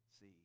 see